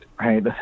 right